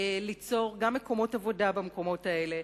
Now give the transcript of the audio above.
כדי ליצור גם מקומות עבודה במקומות האלה,